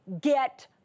get